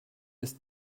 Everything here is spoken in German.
ist